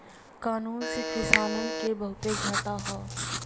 कानून से किसानन के बहुते घाटा हौ